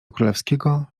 królewskiego